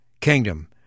kingdom